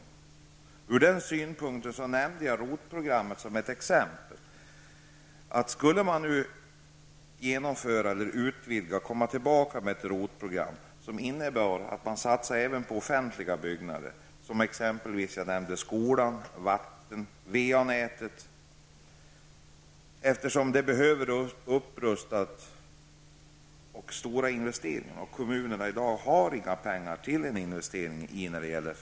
Det är från den synpunkten som jag nämnde ROT-programmet. Skulle man komma tillbaka med ett ROT-program innebärande satsningar även på offentliga byggnader -- jag tänker då på t.ex. skolan och VA nätet -- blir det fråga om en upprustning och om stora investeringar. Men kommunerna har inte några pengar i dag som de kan avsätta för sådana investeringar.